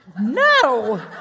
No